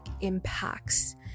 impacts